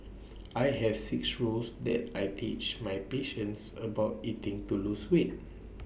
I have six rules that I teach my patients about eating to lose weight